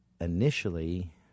initially